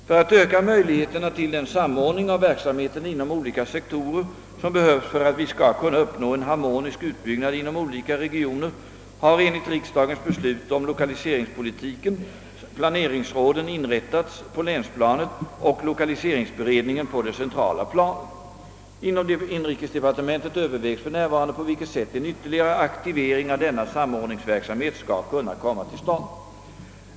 För att öka möjligheterna till den samordning av verksamheten inom olika sektorer som behövs för att vi skall kunna uppnå en harmonisk utbyggnad inom olika regioner har enligt riksdagens beslut om lokaliseringspolitiken planeringsråden inrättats på länsplanet och lokaliseringsberedningen på det centrala planet. Inom inrikesdepartementet övervägs på vilket sätt en ytterligare aktivering av denna samordningsverksamhet skall kunna komma till stånd.